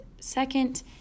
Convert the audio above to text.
second